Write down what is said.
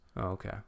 Okay